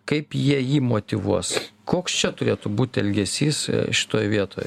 kaip jie jį motyvuos koks čia turėtų būti elgesys šitoj vietoj